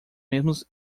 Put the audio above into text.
mesmos